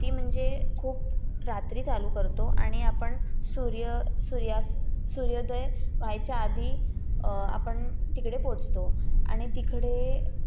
ती म्हणजे खूप रात्री चालू करतो आणि आपण सूर्य सूर्यास्त सूर्योदय व्हायच्या आधी आपण तिकडे पोचतो आणि तिकडे